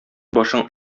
башың